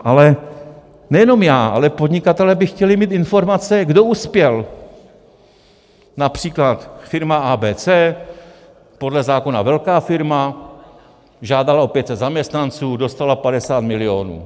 Ale nejenom já, ale podnikatelé by chtěli mít informace, kdo uspěl například firma ABC, podle zákona velká firma, žádala o 500 zaměstnanců, dostala 50 milionů.